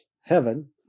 heaven